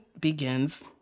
begins